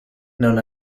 known